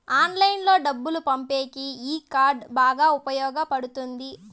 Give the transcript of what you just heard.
ఆన్లైన్లో డబ్బులు పంపేకి ఈ కార్డ్ బాగా ఉపయోగపడుతుంది